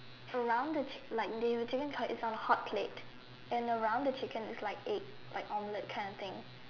around the chicken like the chicken cutlet is a hot plate and around the chicken is like egg like omelette kind of thing